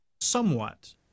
Somewhat